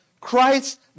Christ